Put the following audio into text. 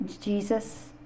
Jesus